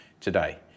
today